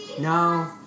no